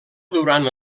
durant